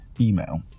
email